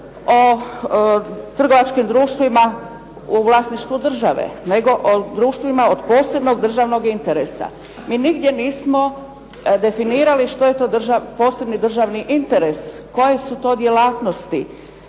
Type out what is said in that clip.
o trgovačkim društvima u vlasništvu države, nego o društvima od posebnog državnog interesa. MI nigdje nismo definirali što je to posebni državni interes, koje su to djelatnosti,